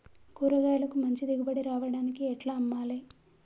కూరగాయలకు మంచి దిగుబడి రావడానికి ఎట్ల అమ్మాలే?